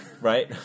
right